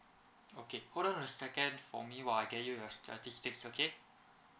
okay hold on a second for me while I get you the statistics okay